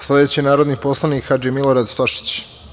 Sledeći narodni poslanik je Hadži Milorad Stošić.